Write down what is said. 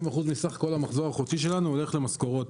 50% מסך כל המחזור החודשי שלנו הולך למשכורות,